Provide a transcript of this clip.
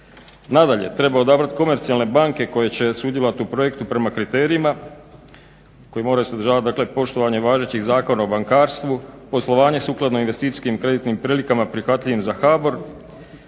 Nadalje, treba odobriti komercijalne banke koje će sudjelovati u projektu prema kriterijima koji moraju sadržavati poštovanje važećih zakona o bankarstvu, poslovanje sukladno investicijskim kreditnim prilikama prihvatljivim za HBOR